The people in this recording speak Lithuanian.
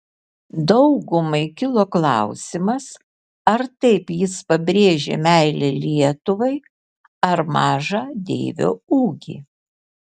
daugumai kilo klausimas ar taip jis pabrėžė meilę lietuvai ar mažą deivio ūgį